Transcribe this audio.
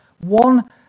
one